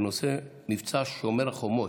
בנושא מבצע שומר החומות.